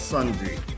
Sunday